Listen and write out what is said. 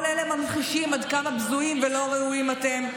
כל אלה ממחישים עד כמה בזויים ולא ראויים אתם,